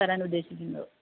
തരാൻ ഉദ്ദേശിക്കുന്നത്